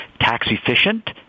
Tax-efficient